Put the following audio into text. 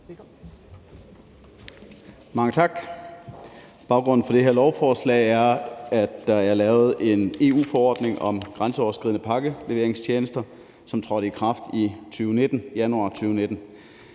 Mange tak. Baggrunden for det her lovforslag er, at der er lavet en EU-forordning om grænseoverskridende pakkeleveringstjenester, som trådte i kraft i januar 2019.